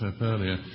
earlier